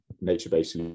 nature-based